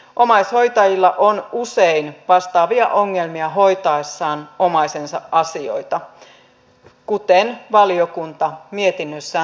omaishoitajilla on usein vastaavia ongelmia hoitaessaan omaisensa asioita kuten valiokunta mietinnössään toteaa